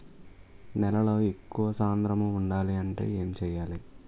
నేలలో ఎక్కువ సాంద్రము వుండాలి అంటే ఏంటి చేయాలి?